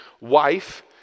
wife